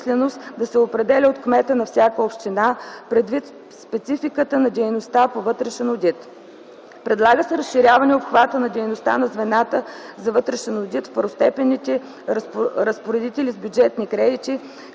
конкретната численост да се определя от кмета на всяка община, предвид спецификата на дейността по вътрешен одит. Предлага се разширяване обхвата на дейността на звената за вътрешен одит в първостепенните разпоредители с бюджетни кредити,